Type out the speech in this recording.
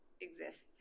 exists